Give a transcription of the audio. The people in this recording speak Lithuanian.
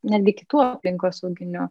netgi kitų aplinkosauginių